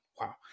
Wow